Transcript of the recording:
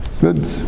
Good